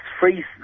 free